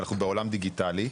ואנחנו בעולם דיגיטלי,